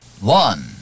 One